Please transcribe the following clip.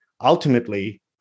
ultimately